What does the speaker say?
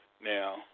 Now